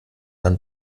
dann